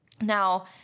Now